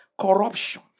Corruption